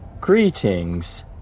Greetings